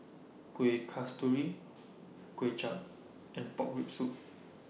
Kuih Kasturi Kway Chap and Pork Rib Soup